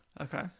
Okay